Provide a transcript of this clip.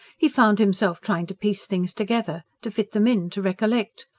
he found himself trying to piece things together to fit them in, to recollect.